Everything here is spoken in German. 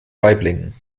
waiblingen